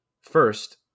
first